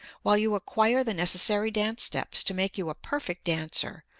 while you acquire the necessary dance steps to make you a perfect dancer,